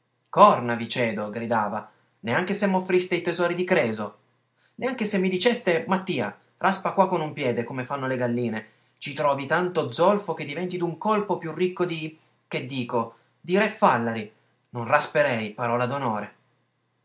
corna vi cedo gridava neanche se m'offriste i tesori di creso neanche se mi diceste mattia raspa qua con un piede come fanno le galline ci trovi tanto zolfo che diventi d'un colpo più ricco di che dico di re fàllari non rasperei parola